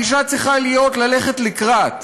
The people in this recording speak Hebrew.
הגישה צריכה להיות ללכת לקראת.